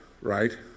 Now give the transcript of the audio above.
right